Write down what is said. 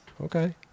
okay